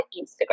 Instagram